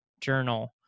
journal